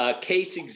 case